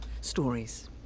stories